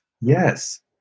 Yes